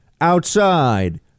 outside